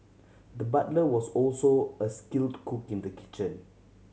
the butler was also a skilled cook in the kitchen